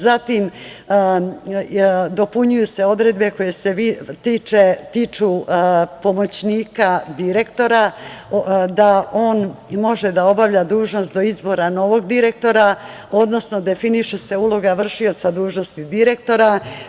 Zatim se dopunjuju odredbe koje se tiču pomoćnika direktora, da on može da obavlja dužnost do izbora novog direktora, odnosno definiše se uloga vršioca dužnosti direktora.